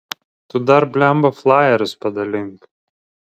tu dar blemba flajerius padalink